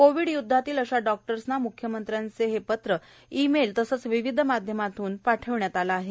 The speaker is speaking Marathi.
कोविड युद्धातील अशा डॉक्टर्सना मुख्यमंत्र्याचे हे पत्र ई मेल तसेच विविध माध्यमातून पाठविण्यात आले आहे